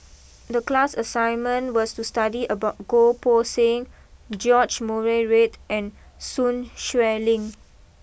the class assignment was to study about Goh Poh Seng George Murray Reith and Sun Xueling